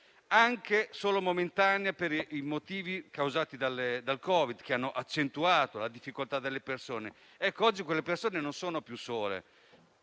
anche solo momentaneamente per i motivi causati dal Covid, che hanno accentuato le difficoltà delle persone, che oggi non sono più sole,